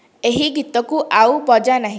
ଏହି ଗୀତକୁ ଆଉ ବଜା ନାହିଁ